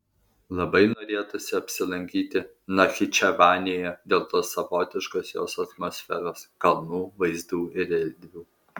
labai norėtųsi apsilankyti nachičevanėje dėl tos savotiškos jos atmosferos kalnų vaizdų ir erdvių